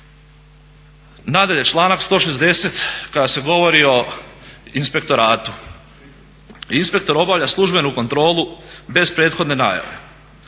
Nadalje, članak 160. kada se govori o inspektoratu. Inspektor obavlja službenu kontrolu bez prethodne najave.